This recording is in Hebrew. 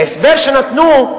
ההסבר שנתנו,